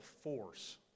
force